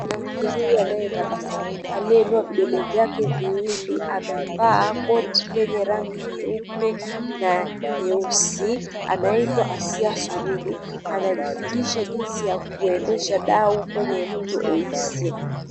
Mwanamke huyu anaye tabasamu aliyeinua vidole vyake viwili amevaa koti lenye rangi nyeupe na nyeusi anaitwa Asia Sururu anajifundisha jinsi ya kuendesha dau kwenye mto Oise.